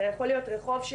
יכול להיות רחוב,